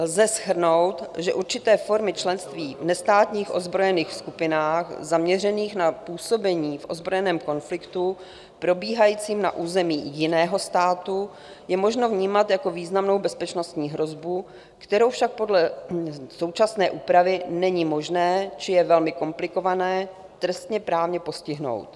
Lze shrnout, že určité formy členství v nestátních ozbrojených skupinách zaměřených na působení v ozbrojeném konfliktu probíhajícím na území jiného státu je možno vnímat jako významnou bezpečnostní hrozbu, kterou však podle současné úpravy není možné či je velmi komplikované trestněprávně postihnout.